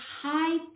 high